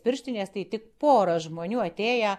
pirštines tai tik pora žmonių atėję